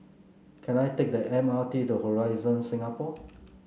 can I take the M R T to Horizon Singapore